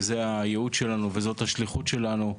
זה הייעוד שלנו וזו השליחות שלנו.